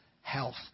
health